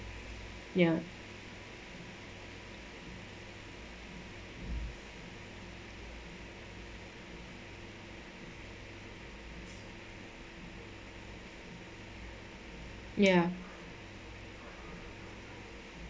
ya ya